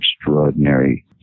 extraordinary